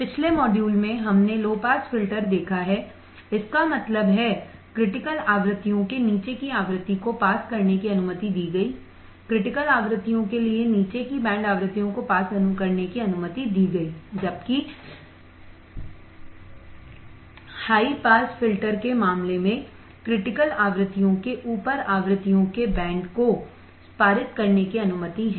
पिछले मॉड्यूल में हमने लो पास फिल्टर देखा है इसका मतलब है क्रिटिकल आवृत्तियों के नीचे की आवृत्ति को पास करने की अनुमति दी गईक्रिटिकल आवृत्तियों के लिए नीचे की बैंड आवृत्तियों को पास करने की अनुमति दी गई जबकि हाईपास फिल्टर के मामले में क्रिटिकलआवृत्तियों के ऊपर आवृत्तियों के बैंड को पारित करने की अनुमति है